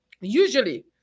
usually